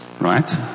Right